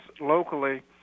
locally